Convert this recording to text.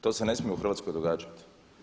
To se ne smije u Hrvatskoj događati.